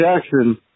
Jackson –